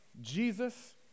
Jesus